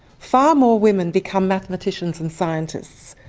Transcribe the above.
far more women become mathematicians than scientists,